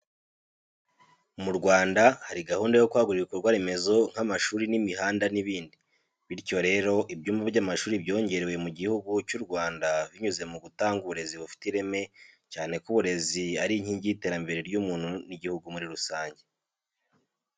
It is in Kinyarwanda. Mu Rwanda hari gahunda yo kwagura ibikorwa remezo nk'amashuri n'imihanda n'ibindi, bityo hari ibyumba by'amashuri byongerewe mu gihugu cy'u Rwanda binyuze mugutanga uburezi bufite ireme cyane ko uburezi ari inkingi y'iterambere ry'umuntu n'igihugu muri rusange.